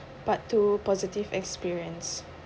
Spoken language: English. part two positive experience